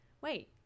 wait